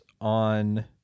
on